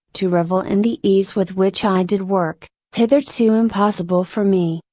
to revel in the ease with which i did work, hitherto impossible for me,